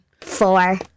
Four